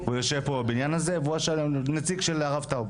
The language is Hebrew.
הוא יושב פה בבניין הזה, והוא הנציג של הרב טאו.